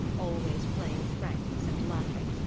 always playing pranks and laughing,